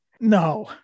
No